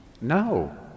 No